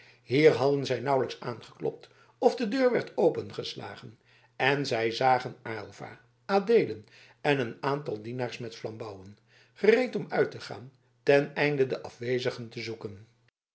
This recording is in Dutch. hier hadden zij nauwelijks aangeklopt of de deur werd opengeslagen en zij zagen aylva adeelen en een aantal dienaars met flambouwen gereed om uit te gaan ten einde de afwezigen te zoeken